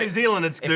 ah zealand, it's